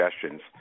suggestions